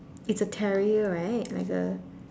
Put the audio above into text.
it's a carrier right like a